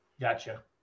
Gotcha